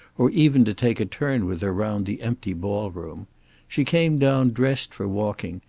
or even to take a turn with her round the empty ball-room she came down dressed for walking,